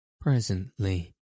Presently